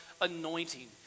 anointing